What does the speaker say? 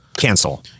Cancel